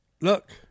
Look